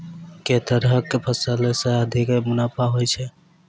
केँ तरहक फसल सऽ अधिक मुनाफा होइ छै?